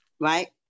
right